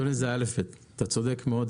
אדוני, זה אל"ף בי"ת, אתה צודק מאוד.